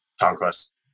conquest